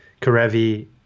Karevi